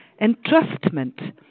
entrustment